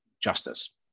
justice